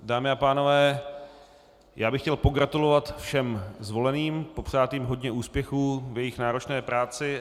Dámy a pánové, chtěl bych pogratulovat všem zvoleným, popřát jim hodně úspěchů v jejich náročné práci.